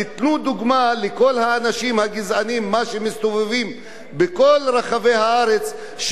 תיתנו דוגמה לכל האנשים הגזעניים שמסתובבים בכל רחבי הארץ,